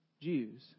Jews